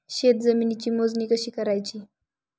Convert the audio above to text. शेत जमिनीची मोजणी कशी करायची?